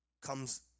comes